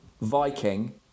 Viking